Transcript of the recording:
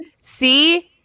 see